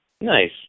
Nice